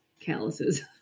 calluses